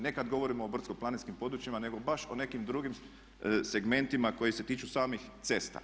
Nekad govorimo o brdsko-planinskim područjima, nego baš o nekim drugim segmentima koji se tiču samih cesta.